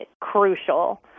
crucial